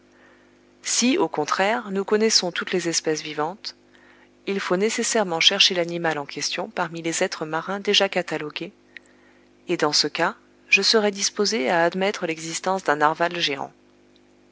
si au contraire nous connaissons toutes les espèces vivantes il faut nécessairement chercher l'animal en question parmi les êtres marins déjà catalogués et dans ce cas je serai disposé à admettre l'existence d'un narwal géant